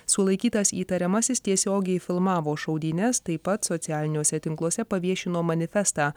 sulaikytas įtariamasis tiesiogiai filmavo šaudynes taip pat socialiniuose tinkluose paviešino manifestą